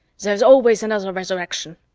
there's always another resurrection.